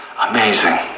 Amazing